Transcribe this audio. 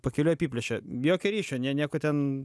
pakiliui apiplėšė jokio ryšio nie nieko ten